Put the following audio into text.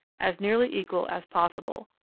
as nearly equal as possible,